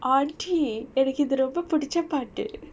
auntie எனக்கு இது ரொம்ப பிடிச்ச பாட்டு:enakku ithu romba pidicha paatu